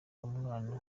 umwana